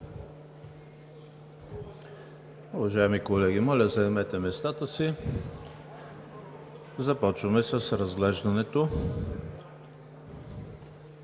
Уважаеми колеги, моля, заемете местата си. Започваме с разглеждането